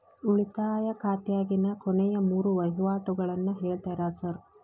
ಉಳಿತಾಯ ಖಾತ್ಯಾಗಿನ ಕೊನೆಯ ಮೂರು ವಹಿವಾಟುಗಳನ್ನ ಹೇಳ್ತೇರ ಸಾರ್?